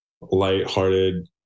light-hearted